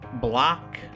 block